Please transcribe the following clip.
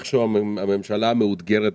איכשהו הממשלה מאותגרת.